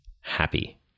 happy